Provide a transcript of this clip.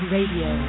Radio